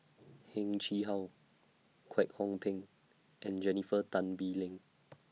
Heng Chee How Kwek Hong Png and Jennifer Tan Bee Leng